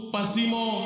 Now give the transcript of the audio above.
Pasimo